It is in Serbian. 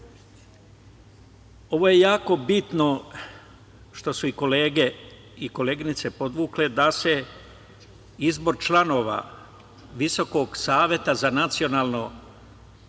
je jako bitno što su i kolege i koleginice podvukle, da se izmešta izbor članova Viskog saveta za nacionalno